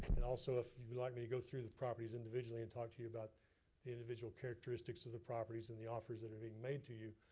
and also if you'd like me to go through the properties individually and talk to you about the individual characteristics of the properties and the offers that are being made to you,